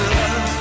love